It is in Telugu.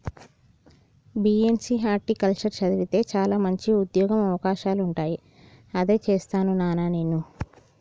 బీ.ఎస్.సి హార్టికల్చర్ చదివితే చాల మంచి ఉంద్యోగ అవకాశాలుంటాయి అదే చేస్తాను నానా నేను